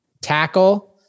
Tackle